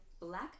black